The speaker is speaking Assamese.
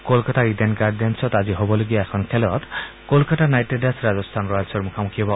ক'লকাতাৰ ইডেন গাৰ্ডেন্ছত আজি হ'বলগীয়া এখন খেলত কলকাতা নাইট ৰাইডাৰ্ছ ৰাজস্থান ৰয়েল্ছৰ মুখামুখী হ'ব